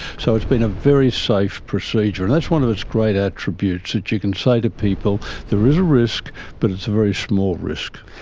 so it's been a very safe procedure, and that's one of its great attributes, that you can say to people there is a risk but it's a very small risk.